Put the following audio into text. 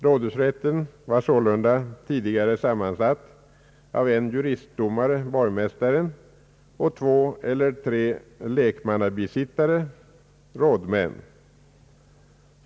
Rådhusrätten var sålunda tidigare sammansatt av en juristdomare — borgmästaren — och två eller tre lekmannabisittare — rådmän.